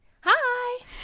Hi